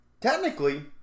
technically